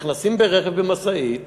נכנסים ברכב במשאית,